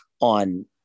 on